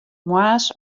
moarns